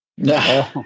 No